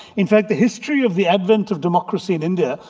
in fact, the history of the advent of democracy in india,